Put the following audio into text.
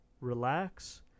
relax